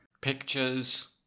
Pictures